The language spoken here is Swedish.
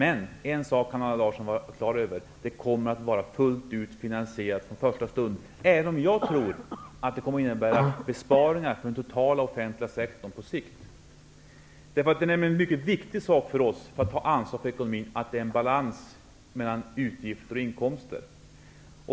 En sak kan Allan Larsson vara klar över: vårdnadsbidraget kommer att vara fullt ut finansierat från första stund -- även om jag tror att det innebär besparingar på den totala offentliga sektorn på sikt. Det är nämligen mycket viktigt för oss, när vi tar ansvar för ekonomin, att det är balans mellan utgifter och inkomster.